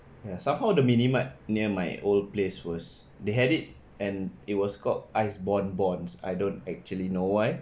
ya somehow the mini mart near my old place was they had it and it was called ice bom boms I don't actually know why